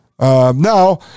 Now